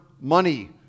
money